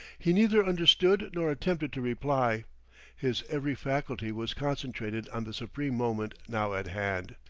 he neither understood nor attempted to reply his every faculty was concentrated on the supreme moment now at hand.